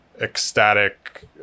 ecstatic